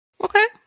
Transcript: Okay